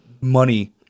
money